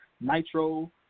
nitro